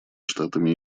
штатами